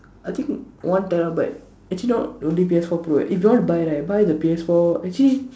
I think one terabyte actually not don't need P_S four pro if you want to buy right buy the P_S four actually